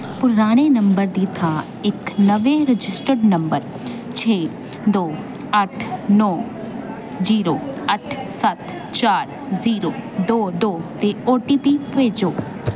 ਪੁਰਾਣੇ ਨੰਬਰ ਦੀ ਥਾਂ ਇੱਕ ਨਵੇਂ ਰਜਿਸਟਰਡ ਨੰਬਰ ਛੇ ਦੋ ਅੱਠ ਨੌ ਜੀਰੋ ਅੱਠ ਸੱਤ ਚਾਰ ਜੀਰੋ ਦੋ ਦੋ 'ਤੇ ਓ ਟੀ ਪੀ ਭੇਜੋ